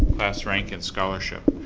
class rank, and scholarship.